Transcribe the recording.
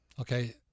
Okay